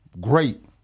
Great